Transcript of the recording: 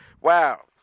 Wow